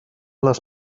les